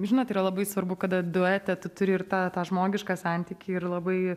žinot yra labai svarbu kada duete tu turi ir tą tą žmogišką santykį ir labai